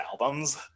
albums